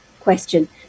question